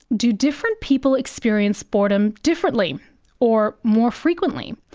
do different people experience boredom differently or more frequently?